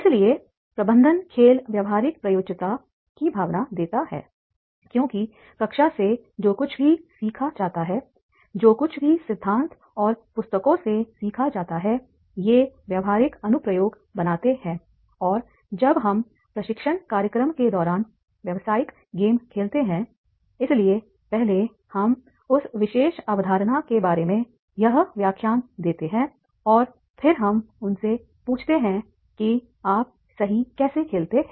इसलिए प्रबंधन खेल व्यावहारिक प्रयोज्यता की भावना देता है क्योंकि कक्षा से जो कुछ भी सीखा जाता है जो कुछ भी सिद्धांत और पुस्तकों से सीखा जाता है ये व्यावहारिक अनुप्रयोग बनाते हैं और जब हम प्रशिक्षण कार्यक्रम के दौरान व्यावसायिक गेम खेलते हैंइसलिए पहले हम उस विशेष अवधारणा के बारे में यह व्याख्यान देते हैं और फिर हम उनसे पूछते हैं कि आप सही कैसे खेलते हैं